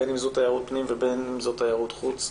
בין אם זו תיירות פנים ובין אם זו תיירות חוץ,